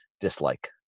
dislike